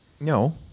No